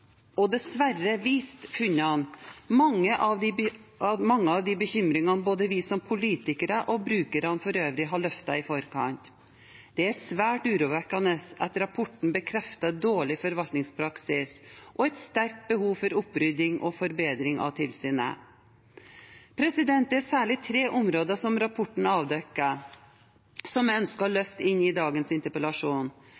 og dessverre viste funnene mange av de bekymringene både vi som politikere og brukerne for øvrig hadde løftet i forkant. Det er svært urovekkende at rapporten bekrefter dårlig forvaltningspraksis og et sterkt behov for opprydding og forbedring av tilsynet. Det er særlig tre områder rapporten avdekker som jeg ønsker å